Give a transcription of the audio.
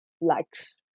likes